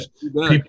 people